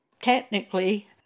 technically